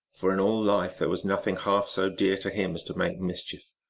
for in all life there was nothing half so dear to him as to make mischief,